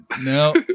No